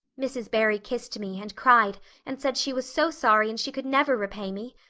mrs. barry kissed me and cried and said she was so sorry and she could never repay me.